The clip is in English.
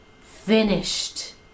finished